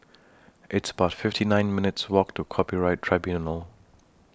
It's about fifty nine minutes' Walk to Copyright Tribunal